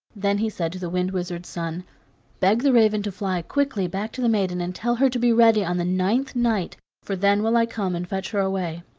then he said to the wind wizard's son beg the raven to fly quickly back to the maiden and tell her to be ready on the ninth night, for then will i come and fetch her away.